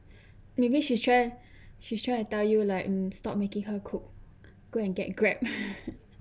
maybe she's trying she's trying to tell you like mm stop making her cook go and get Grab